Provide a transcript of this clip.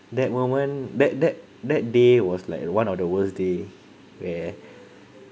that moment back that that day was like one of the worst day where